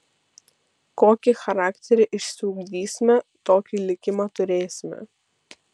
kokį charakterį išsiugdysime tokį likimą turėsime